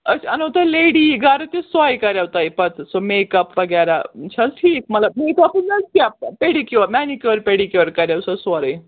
أسۍ اَنو تُہۍ لٮ۪ڈیی گرٕ تہِ سۄے کریو تُہۍ پتہٕ سُہ میٚکپ وغیرہ چھِ حظ ٹھیٖک مطلب پیٚڈِکیور مٮ۪نِکیور پیٚڈٕکیور کریو سۄ سورُے